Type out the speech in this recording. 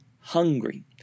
hungry